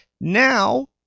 Now